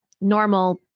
normal